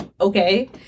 okay